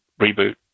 reboot